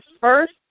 first